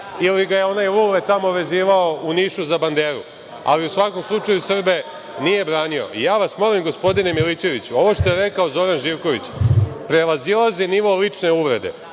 ili ga je onaj Lule tamo vezivao u Nišu za banderu. U svakom slučaju, Srbe nije branio. Molim vas, gospodine Milićeviću, ovo što je rekao Zoran Živković prevazilazi nivo lične uvrede.